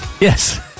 Yes